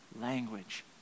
language